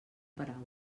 paraula